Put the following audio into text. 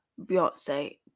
Beyonce